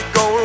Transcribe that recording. go